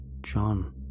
John